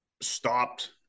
stopped